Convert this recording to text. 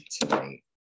tonight